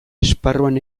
esparruan